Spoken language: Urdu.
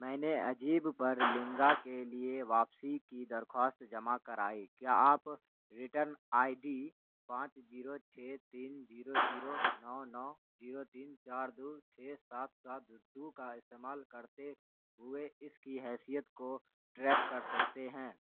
میں نے عجیب پر لنگا کے لیے واپسی کی درخواست جمع کرائی کیا آپ ریٹن آئی ڈی پانچ جیرو چھ تین جیرو جیرو نو نو جیرو تین چار دو چھ سات سات دو کا استعمال کرتے ہوئے اس کی حیثیت کو ٹریک کر سکتے ہیں